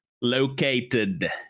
located